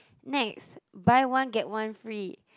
next buy one get one free